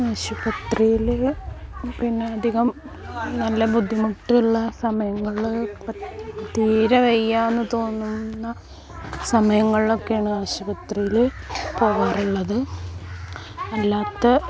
ആശുപത്രിയിൽ പിന്നെ അധികം നല്ല ബുദ്ധിമുട്ടുള്ള സമയങ്ങളിൽ തീരെ വയ്യ എന്ന് തോന്നുന്ന സമയങ്ങളിലൊക്കെയാണ് ആശുപത്രിയിൽ പോവാറുള്ളത് അല്ലാത്ത